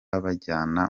babajyana